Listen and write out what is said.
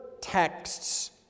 texts